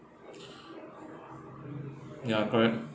ya correct